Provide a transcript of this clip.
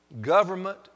Government